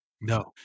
No